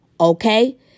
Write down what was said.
okay